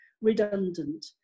redundant